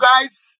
guys